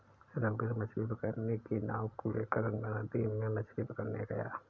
रघुवीर मछ्ली पकड़ने की नाव को लेकर गंगा नदी में मछ्ली पकड़ने गया